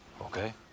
Okay